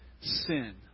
Sin